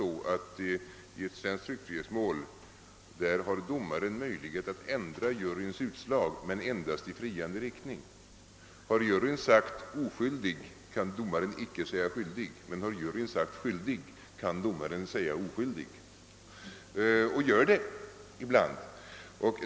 I ett svenskt tryckfrihetsmål har domaren möjlighet att ändra juryns utslag, men endast i friande riktning. Har juryn sagt oskyldig, kan domaren icke säga skyldig, men har juryn sagt skyldig, kan domaren säga oskyldig — och gör det ibland.